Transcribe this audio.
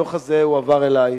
הדוח הזה הועבר אלי,